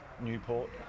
Newport